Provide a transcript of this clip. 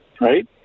right